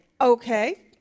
okay